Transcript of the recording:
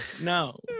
No